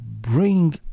bring